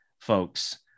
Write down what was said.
folks